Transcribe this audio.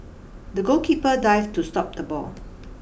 the goalkeeper dived to stop the ball